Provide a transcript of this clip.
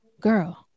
girl